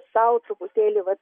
sau truputėlį vat